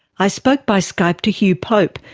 i spoke by skype to hugh pope,